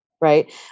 right